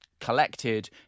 Collected